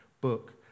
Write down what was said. book